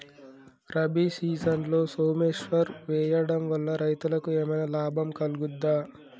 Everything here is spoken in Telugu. రబీ సీజన్లో సోమేశ్వర్ వేయడం వల్ల రైతులకు ఏమైనా లాభం కలుగుద్ద?